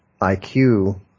IQ